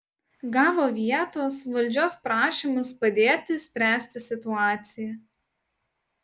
gavo vietos valdžios prašymus padėti spręsti situaciją